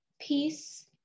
peace